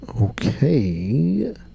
Okay